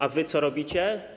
A wy co robicie?